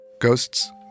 Ghosts